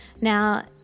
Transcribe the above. now